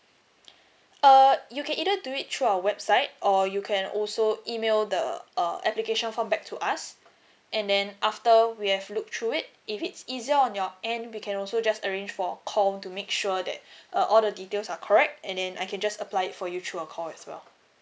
uh you can either do it through our website or you can also email the uh application form back to us and then after we have look through it if it's easier on your end we can also just arrange for call to make sure that uh all the details are correct and then I can just apply it for you through a call as well